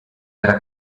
era